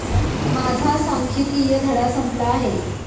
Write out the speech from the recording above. माझा सांख्यिकीय धडा संपला आहे